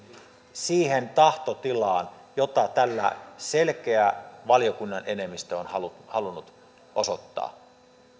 siihen tahtotilaan jota tällä selkeä valiokunnan enemmistö on halunnut osoittaa